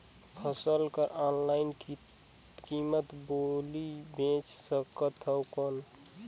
फसल कर ऑनलाइन कीमत बोली बेच सकथव कौन?